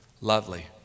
lovely